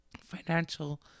financial